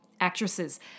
actresses